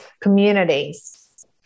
communities